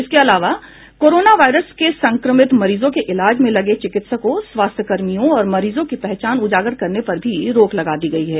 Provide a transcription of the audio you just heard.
इसके अलावा coronavirus के संक्रमित मरीजों के इलाज में लगे चिकित्सकों स्वास्थ्य कर्मियों और मरीजों की पहचान उजागर करने पर भी रोक लगा दी गयी है